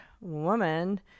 woman